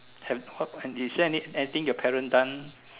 have what is there any anything your parents done